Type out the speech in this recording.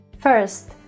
First